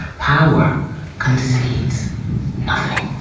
power concedes nothing